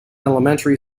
elementary